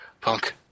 Punk